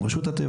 עם רשות הטבע,